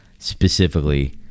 specifically